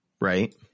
Right